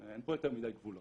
אין פה יותר מדיי גבולות.